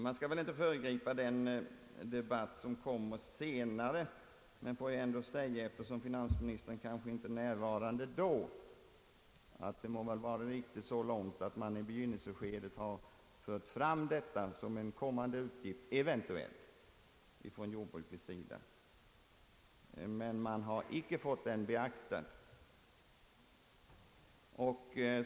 Man skall inte föregripa en debatt som kommer upp senare i samband med jordbruksregleringens behandling, men eftersom finansministern kanske inte är i kammaren då, vill jag redan nu säga, att man från jordbrukets sida fört fram detta som en eventuellt kommande utgift i förhandlingarnas begynnelseskede, men man har bl.a. med hänsyn till att skatten inte ännu var beslutad icke fått sina synpunkter beaktade.